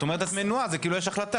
את אומרת שאת מנועה, זה כאילו יש החלטה.